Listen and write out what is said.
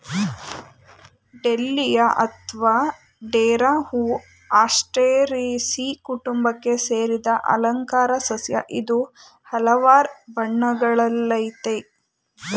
dahlia ಅತ್ವ ಡೇರಾ ಹೂ ಆಸ್ಟರೇಸೀ ಕುಟುಂಬಕ್ಕೆ ಸೇರಿದ ಅಲಂಕಾರ ಸಸ್ಯ ಇದು ಹಲ್ವಾರ್ ಬಣ್ಣಗಳಲ್ಲಯ್ತೆ